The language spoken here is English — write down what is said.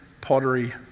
pottery